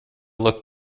looked